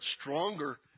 stronger